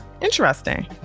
Interesting